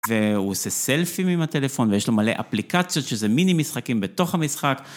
והוא עושה סלפים עם הטלפון ויש לו מלא אפליקציות שזה מיני משחקים בתוך המשחק.